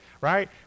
right